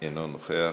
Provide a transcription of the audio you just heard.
אינו נוכח.